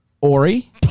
Ori